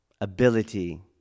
ability